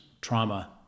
trauma